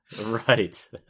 Right